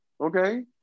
okay